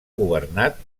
governat